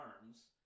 arms